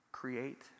Create